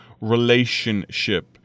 relationship